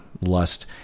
lust